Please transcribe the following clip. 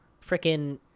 freaking